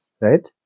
right